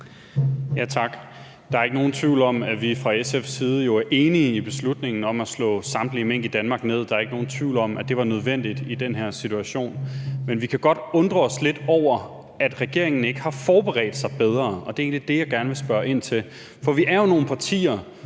(SF): Der er ikke nogen tvivl om, at vi fra SF's side er enige i beslutningen om at slå samtlige mink i Danmark ned, og der er ikke nogen tvivl om, at det var nødvendigt i den her situation. Men vi kan godt undre os lidt over, at regeringen ikke har forberedt sig bedre, og det er egentlig det, jeg gerne vil spørge ind til. Vi er jo nogle partier,